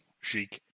chic